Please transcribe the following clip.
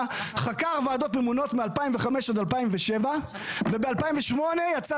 חקר ועדות ממונות מ-2005 עד 2007. וב-2008 יצא